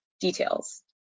details